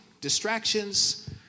Distractions